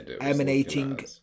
emanating